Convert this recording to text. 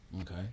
okay